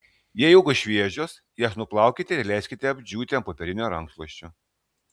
jei uogos šviežios jas nuplaukite ir leiskite apdžiūti ant popierinio rankšluosčio